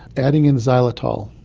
adding in xylitol,